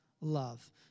love